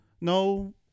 no